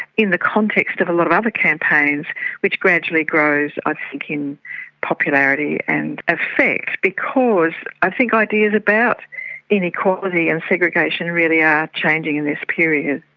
in the context of a lot of other campaigns which gradually grows i ah think in popularity and effect, because i think ideas about inequality and segregation really are changing in this period.